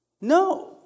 No